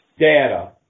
data